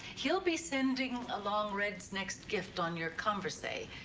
he'll be sending along red's next gift on your conversay.